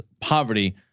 poverty